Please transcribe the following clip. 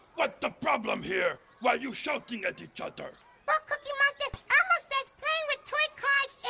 what the problem here? why you shouting at each other? well cookie monster, elmo says playing with toy cars